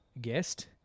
guest